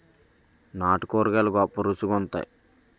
నాటు కూరగాయలు గొప్ప రుచి గుంత్తై